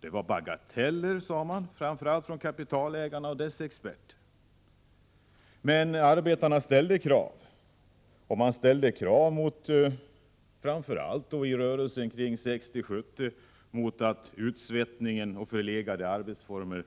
De var bagateller, sade framför allt kapitalägarna och deras experter. Men arbetarna ställde krav. Under 1960 och 1970-talen var det främst fråga om att få bort utsvettningen och förlegade arbetsformer.